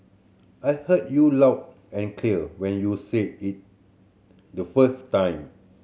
I heard you loud and clear when you said it the first time